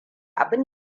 abin